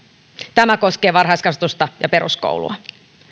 tämä koskee varhaiskasvatusta ja peruskoulua